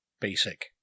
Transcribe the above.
basic